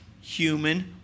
human